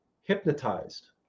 hypnotized